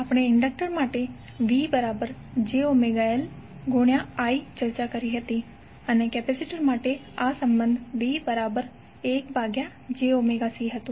આપણે ઇન્ડક્ટર માટે VjωLI ચર્ચા કરી હતી અને કેપેસિટર માટે સંબંધ VIjωC હતો